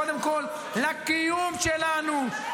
קודם כול לקיום שלנו,